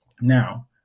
Now